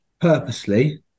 purposely